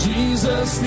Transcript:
Jesus